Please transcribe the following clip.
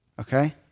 okay